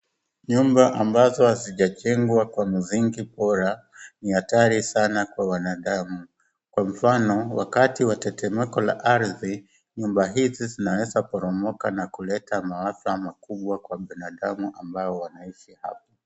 Nyumba ambazo hazijajengwa kwa msingi bora ni hatari sana kwa wanadamu, kwa mfano wakati wa tetemeko la ardhi nyumba hizi zinawezaporomoka na kuleta maafa makubwa kwa binadamu ambao wanaishi hapo.